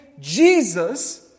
Jesus